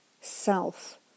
self